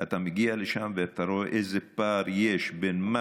אתה מגיע לשם ואתה רואה איזה פער יש בין מה